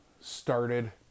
started